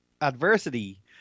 adversity